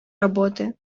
работы